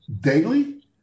daily